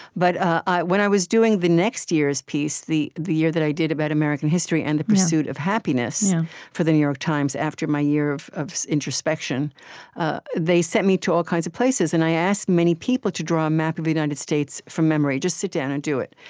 but when i was doing the next year's piece the the year that i did about american history, and the pursuit of happiness for the new york times, after my year of of introspection ah they sent me to all kinds of places, and i asked many people to draw a map of the united states from memory, just sit down and do it.